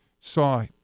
saw